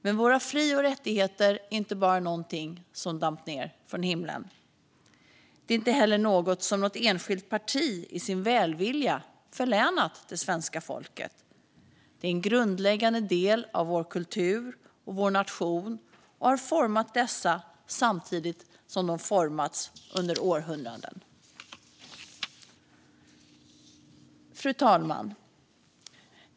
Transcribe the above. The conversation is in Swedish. Men våra fri och rättigheter är inte bara någonting som damp ned från himlen. Det är inte heller någonting som något enskilt parti i sin välvilja förlänat det svenska folket. Det är en grundläggande del av vår kultur och vår nation och har format dessa samtidigt som de formats under århundraden. Fru talman!